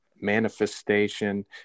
manifestation